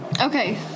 Okay